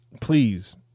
please